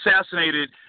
assassinated